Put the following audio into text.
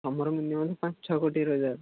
ହଁ ମୋର ମିନିମମ୍ ପାଞ୍ଚ ଛଅ କୋଟି ରୋଜଗାର